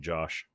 Josh